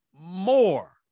more